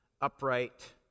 upright